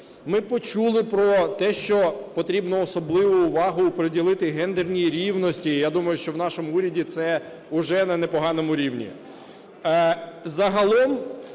ми почули про те, що потрібно особливу увагу приділити гендерній рівності, і я думаю, що в нашому уряді це уже на непоганому рівні.